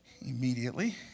Immediately